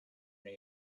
new